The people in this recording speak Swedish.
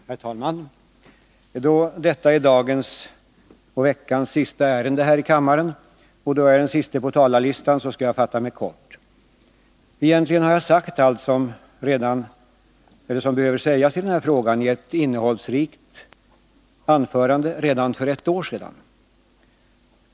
Herr talman! Då detta är dagens och veckans sista ärende här i kammaren, och då jag är den siste på talarlistan, skall jag fatta mig kort. Egentligen har jag sagt allt som behöver sägas i den här frågan i ett innehållsrikt anförande redan för ett år sedan.